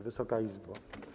Wysoka Izbo!